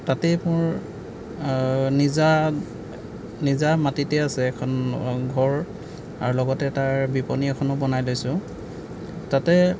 তাতে মোৰ নিজা নিজা মাটিতেই আছে এখন ঘৰ লগতে আৰু তাৰ বিপণি এখনো বনাই লৈছোঁ তাতে